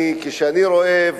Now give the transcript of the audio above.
כשאני רואה,